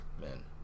Man